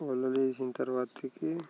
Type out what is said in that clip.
వలలు వేసిన తర్వాతకి